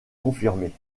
confirmée